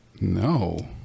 No